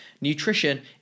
nutrition